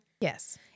Yes